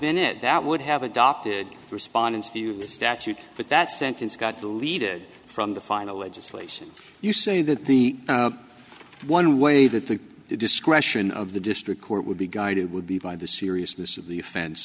been it that would have adopted respondents the statute but that sentence got deleted from the final legislation you say that the one way that the discretion of the district court would be guided would be by the seriousness of the offen